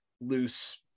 loose